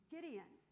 Gideon